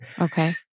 Okay